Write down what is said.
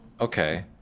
okay